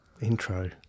intro